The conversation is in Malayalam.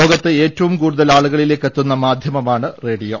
ലോകത്ത് ഏറ്റവും കൂടുതൽ ആളുകളിലേക്ക് എത്തുന്ന മാധ്യമമാണ് റേഡിയോ